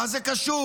מה זה מה זה קשור?